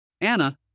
Anna